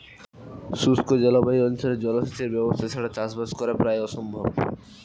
শুষ্ক জলবায়ু অঞ্চলে জলসেচের ব্যবস্থা ছাড়া চাষবাস করা প্রায় অসম্ভব